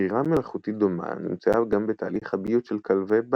ברירה מלאכותית דומה נמצאה גם בתהליך הביות של כלבי בית,